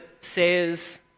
says